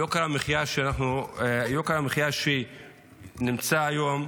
יוקר המחיה שנמצא היום,